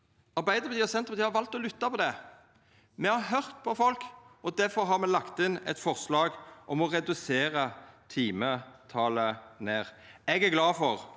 Arbeidarpartiet og Senterpartiet har valt å lytta til det, me har høyrt på folk, og difor har me lagt inn eit forslag om å redusera timetalet. Eg er glad for